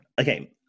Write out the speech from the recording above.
okay